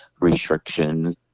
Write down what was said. restrictions